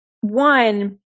One